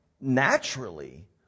naturally